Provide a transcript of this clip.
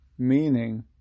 meaning